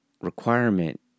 requirement